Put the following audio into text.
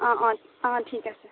অঁ অঁ অঁ ঠিক আছে